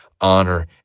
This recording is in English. honor